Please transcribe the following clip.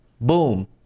boom